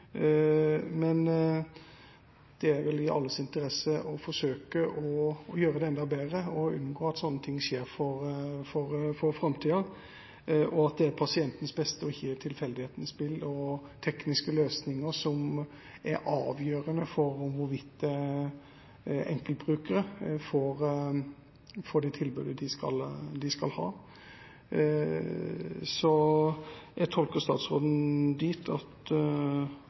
i alles interesse å forsøke å gjøre det enda bedre og unngå at sånne ting skjer i framtida, og at det er pasientens beste og ikke tilfeldighetenes spill og tekniske løsninger som er avgjørende for hvorvidt enkeltbrukere får det tilbudet de skal ha. Jeg tolker statsråden dit hen at